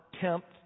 attempt